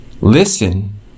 listen